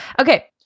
Okay